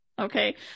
Okay